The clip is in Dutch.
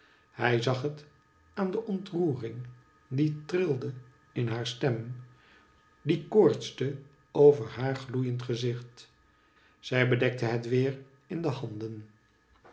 hij zag het aan de ontroering die trilde in haar stem die koortste over haar gloeiend gezicht zij bedekte het weer in de handen